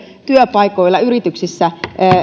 työpaikoilla yrityksissä